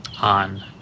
on